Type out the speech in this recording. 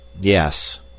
Yes